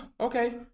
Okay